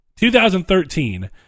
2013